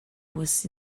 was